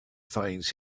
finds